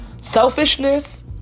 Selfishness